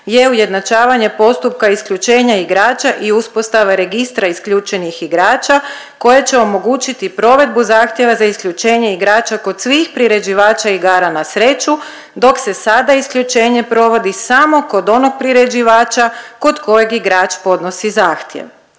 je ujednačavanje postupka isključenja igrača i uspostave registra isključenih igrača koje će omogućiti provedbu zahtjeva za isključenje igrača kod svih priređivača igara na sreću dok se sada isključenje provodi samo kod onog priređivača kod kojeg igrač podnosi zahtjev.